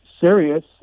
serious